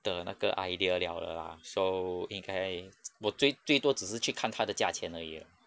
的那个 idea liao 了 lah so 应该 我最最多只是去看它的价钱而已